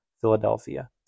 Philadelphia